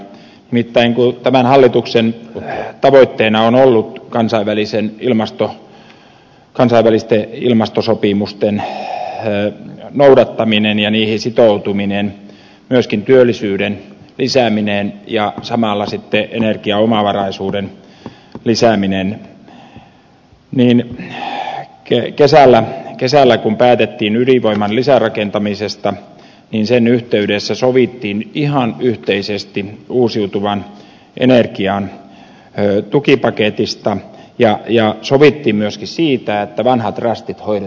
nimittäin kun tämän hallituksen tavoitteena on ollut kansainvälisten ilmastosopimusten noudattaminen ja niihin sitoutuminen ja myöskin työllisyyden lisääminen ja samalla sitten energiaomavaraisuuden lisääminen niin kesällä kun päätettiin ydinvoiman lisärakentamisesta sen yhteydessä sovittiin ihan yhteisesti uusiutuvan energian tukipaketista ja sovittiin myöskin siitä että vanhat rästit hoidetaan pois